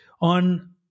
on